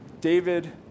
David